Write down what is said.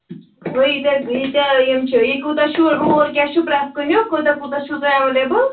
تُہۍ ییٖتیٛاہ ییٖتیٛاہ یِم چھِ یہِ کوٗتاہ چھُ رول کیٛاہ چھُ پرٛٮ۪تھ کُنیُک کوٗتاہ کوٗتاہ چھُو تۄہہِ اٮ۪ویلیبٕل